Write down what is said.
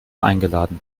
eingeladen